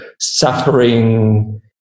suffering